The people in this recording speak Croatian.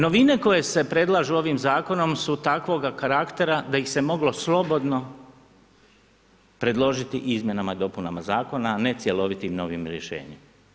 Novine koje se predlažu ovim zakonom su takvoga karaktera da ih se moglo slobodno predložiti izmjenama i dopunama zakona a ne cjelovitim novim rješenjem.